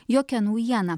jokia naujiena